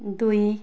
दुई